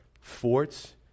Forts